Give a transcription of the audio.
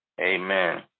Amen